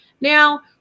Now